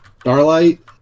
Starlight